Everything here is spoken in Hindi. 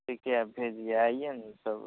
ठीके है आप भेजिए आइए हम निकल